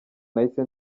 nahise